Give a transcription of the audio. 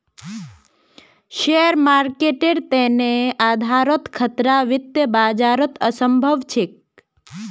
share मार्केटेर तने आधारोत खतरा वित्तीय बाजारत असम्भव छेक